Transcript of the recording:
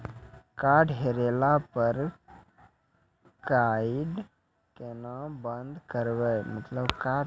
Card हेरैला पर card केना बंद करबै छै?